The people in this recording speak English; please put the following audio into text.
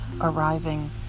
arriving